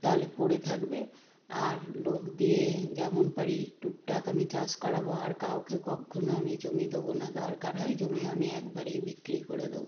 তালে পড়ে থাকবে আর লোক দিয়ে যেমন পারি টুকটাক আমি চাষ করাবো আর কাউকে কক্ষনো আমি জমি দোবো না দরকার হয় জমি আমি একবারেই বিক্রি করে দেবো